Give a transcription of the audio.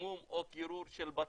חימום או קירור של בתים,